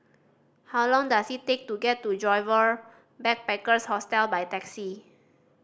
how long does it take to get to Joyfor Backpackers' Hostel by taxi